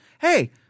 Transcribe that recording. Hey